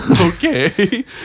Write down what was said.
okay